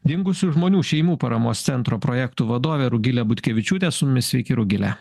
dingusių žmonių šeimų paramos centro projektų vadovė rugilė butkevičiūtė su mumis sveiki rugile